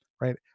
right